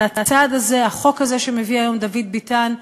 אבל הצעד הזה, החוק הזה שמביא היום דוד ביטן,